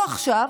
לא עכשיו,